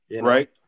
Right